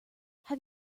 have